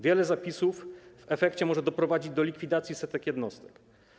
Wiele zapisów w efekcie może doprowadzić do likwidacji setek jednostek.